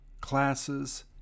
classes